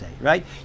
right